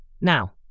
Now